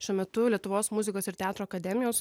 šiuo metu lietuvos muzikos ir teatro akademijos